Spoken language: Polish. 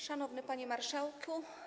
Szanowny Panie Marszałku!